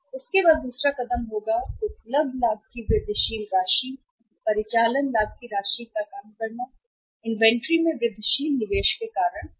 उसके बाद दूसरा कदम हम होगा उपलब्ध लाभ की वृद्धिशील राशि परिचालन लाभ की राशि का काम करना इन्वेंट्री में वृद्धिशील निवेश के कारण उपलब्ध है